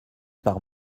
par